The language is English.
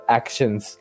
actions